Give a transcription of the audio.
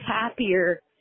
happier